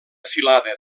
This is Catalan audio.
filada